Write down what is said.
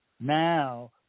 Now